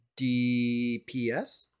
DPS